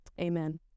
Amen